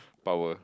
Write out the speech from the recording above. power